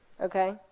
Okay